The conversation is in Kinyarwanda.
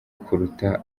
kuruta